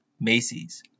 Macy's